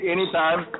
Anytime